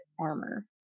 armor